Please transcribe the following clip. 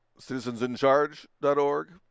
citizensincharge.org